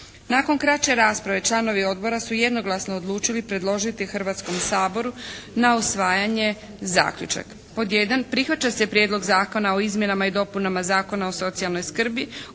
Nakon kraće rasprave članovi odbora su jednoglasno odlučili predložiti Hrvatskom saboru na usvajanje zaključak. 1. Prihvaća se Prijedlog zakona o izmjenama i dopunama Zakona o socijalnoj skrbi